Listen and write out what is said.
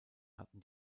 hatten